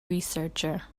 researcher